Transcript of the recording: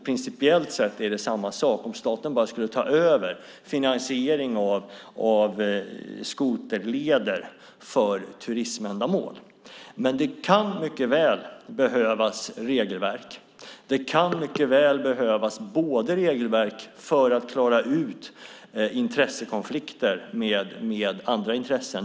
Principiellt sett är det samma sak om staten tar över finansieringen av skoterleder för turiständamål. Det kan mycket väl behövas regelverk. Det kan mycket väl behövas regelverk för att klara ut konflikter med andra intressen.